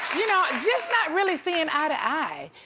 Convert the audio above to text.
you know just not really seeing eye to eye,